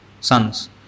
sons